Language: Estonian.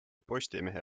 postimehe